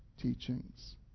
teachings